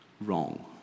wrong